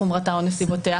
חומרתה או נסיבותיה?